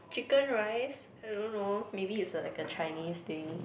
chicken rice I don't know maybe it's a like a Chinese thing